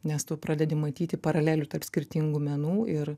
nes tu pradedi matyti paralelių tarp skirtingų menų ir